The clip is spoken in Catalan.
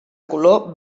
color